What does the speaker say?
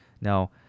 Now